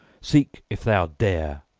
seek if thou dare!